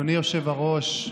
אדוני היושב-ראש,